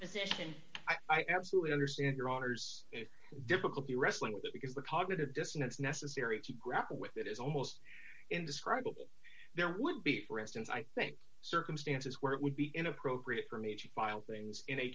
position i absolutely understand your honour's difficulty wrestling with that because the cognitive dissonance necessary to grapple with it is almost indescribable there would be for instance i think circumstances where it would be inappropriate for me to file things in a